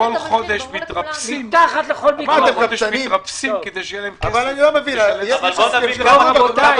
בכל חודש הם מתרפסים כדי שיהיה להם כסף לשלם משכורת.